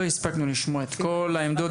לא הספקנו לשמוע את כל העמדות,